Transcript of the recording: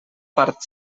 part